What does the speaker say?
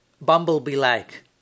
bumblebee-like